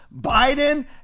Biden